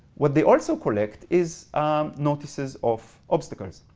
what they also collect is notices of obstacles.